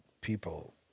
people